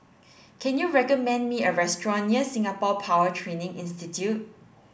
can you recommend me a restaurant near Singapore Power Training Institute